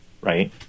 right